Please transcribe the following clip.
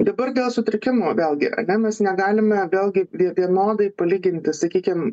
dabar dėl sutrikimo vėlgi ane mes negalime vėlgi vie vienodai palyginti sakykim